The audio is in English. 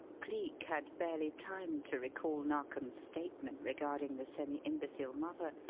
cleek had barely time to recall narkom's statement regarding the semi-imbecile mother,